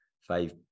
Five